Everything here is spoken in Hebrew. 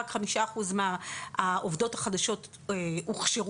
רק חמישה אחוז מהעובדות החדשות הוכשרו